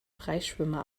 freischwimmer